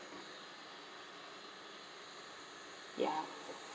ya